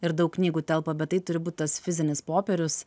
ir daug knygų telpa bet tai turi būt tas fizinis popierius